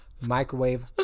microwave